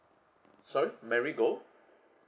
sorry merry go